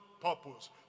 purpose